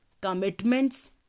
commitments